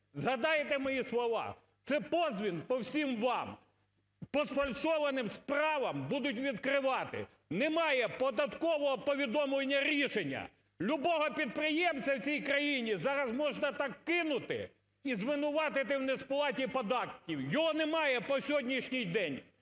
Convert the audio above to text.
згадаєте мої слова. Це подзвін по всім вам, по сфальшованим справам будуть відкривати, немає податкового повідомлення-рішення. Любого підприємця в цій країні зараз можна так кинути і звинуватити в несплаті податків, його немає по сьогоднішній день.